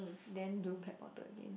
then blue pet bottle again